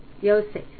Yosef